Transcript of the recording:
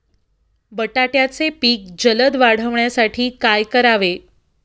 बटाट्याचे पीक जलद वाढवण्यासाठी काय करावे?